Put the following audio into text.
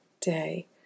day